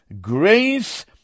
grace